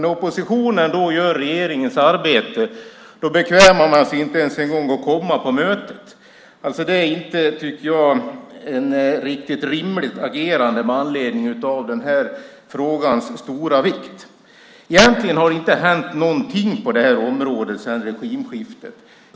När oppositionen då gör regeringens arbete bekvämar man sig inte ens att komma på mötet. Det tycker jag inte är ett rimligt agerande med hänsyn till den här frågans stora vikt. Egentligen har det inte hänt någonting på det här området sedan regimskiftet.